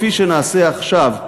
כפי שנעשה עכשיו,